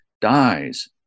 dies